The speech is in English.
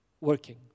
working